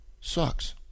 sucks